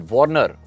Warner